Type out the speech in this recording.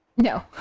No